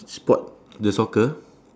sport the soccer